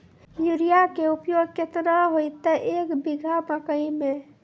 Urea के उपयोग केतना होइतै, एक बीघा मकई मे?